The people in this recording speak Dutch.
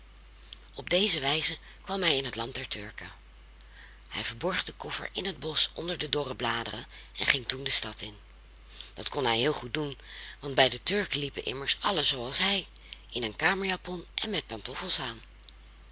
op deze wijze kwam hij in het land der turken hij verborg den koffer in het bosch onder de dorre bladeren en ging toen de stad in dat kon hij heel goed doen want bij de turken liepen immers allen zooals hij in een kamerjapon en met pantoffels aan